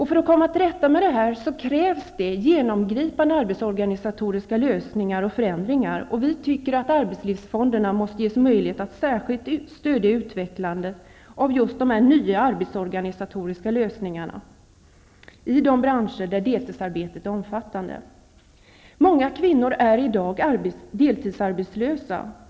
För att komma till rätta med dessa förhållanden krävs det genomgripande arbetsorganisatoriska lösningar och förändringar. Vi tycker att arbetslivsfonderna måste ges möjliget att särskilt stödja utvecklingen av nya arbetsorganisatoriska lösningar i branscher där deltidsarbetet är omfattande. Många kvinnor är i dag deltidsarbetslösa.